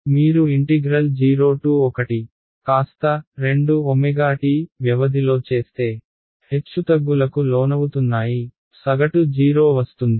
మీరు 01cos వ్యవధిలో చేస్తే హెచ్చుతగ్గులకు లోనవుతున్నాయి సగటు 0 వస్తుంది